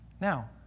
Now